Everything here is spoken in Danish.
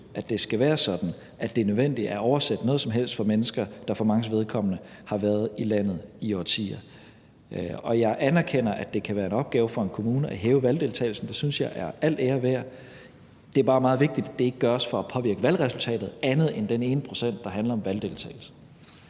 at det skal være sådan, at det er nødvendigt at oversætte noget som helst for mennesker, der for manges vedkommende har været i landet i årtier. Og jeg anerkender, at det kan være en opgave for en kommune at hæve valgdeltagelsen – det synes jeg er al ære værd – men det er bare meget vigtigt, at det ikke gøres for at påvirke valgresultatet, andet end den procent, der handler om valgdeltagelsen.